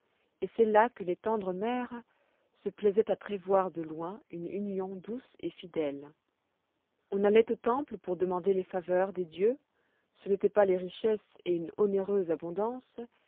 et c'est là que les tendres mères se plaisoient à prévoir de loin une union douce et fidèle on alloit au temple pour demander les faveurs des dieux ce n'étoit pas les richesses et une onéreuse abondance